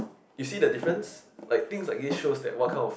you see the difference like things I guess shows that what kind of